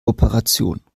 operation